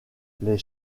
les